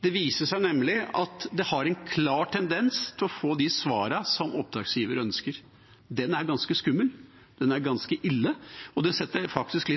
Det viser seg nemlig at de har en klar tendens til å få de svarene som oppdragsgiveren ønsker. Det er ganske skummelt, det er ganske ille og det setter faktisk